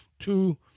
Two